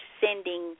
sending